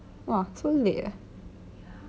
!wah! so late ah